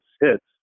hits